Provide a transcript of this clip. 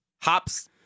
hops